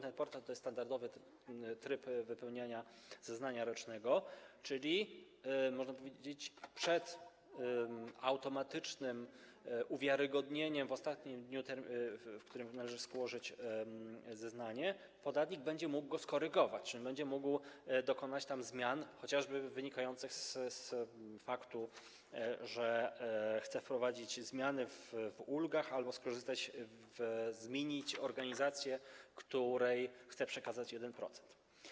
Ten portal to jest standardowy tryb wypełniania zeznania rocznego, czyli, można powiedzieć, że przed automatycznym uwiarygodnieniem w ostatnim dniu, w którym należy złożyć zeznanie, podatnik będzie mógł je skorygować, będzie mógł dokonać tam zmian wynikających chociażby z faktu, że chce wprowadzić zmiany w ulgach albo zmienić organizację, której chce przekazać 1%.